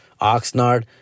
Oxnard